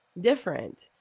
different